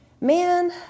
Man